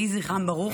יהי זכרם ברוך.